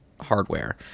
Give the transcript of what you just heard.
hardware